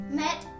met